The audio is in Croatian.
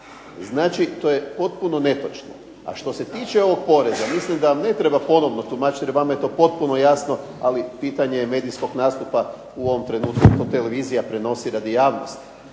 Znači, to je potpuno netočno. A što se tiče ovog poreza mislim da vam ne treba ponovno tumačiti jer vama je to potpuno jasno, ali pitanje je medijskog nastupa u ovom trenutku jer to televizija prenosi radi javnosti.